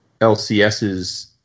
LCSs